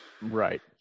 Right